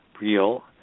real